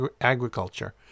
agriculture